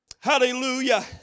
Hallelujah